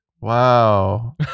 Wow